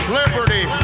liberty